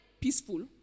peaceful